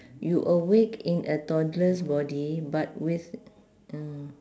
you awake in a toddler's body but with uh